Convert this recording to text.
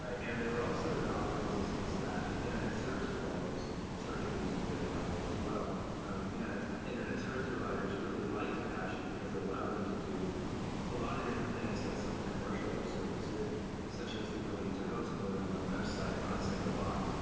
ah and there were also the operating systems that internet service providers started using very heavily as well and internet service providers really liked apache because it allowed them to do a lot of different things that some of the commercial web servers didn't such as the ability to host more than one web site on a single box,